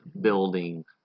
building